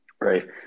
Right